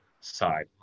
side